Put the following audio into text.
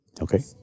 Okay